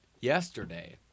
yesterday